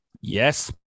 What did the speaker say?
Yes